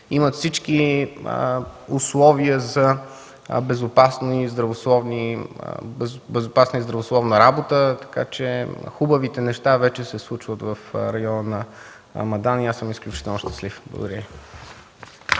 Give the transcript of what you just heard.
Имат всички условия за безопасна и здравословна работа, така че хубавите неща вече се случват в района на Мадан и аз съм изключително щастлив. Благодаря